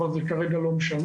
אבל זה כרגע לא משנה.